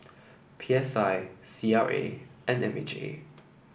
P S I C R A and M H A